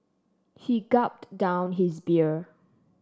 he gulped down his beer